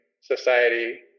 society